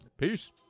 Peace